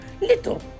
little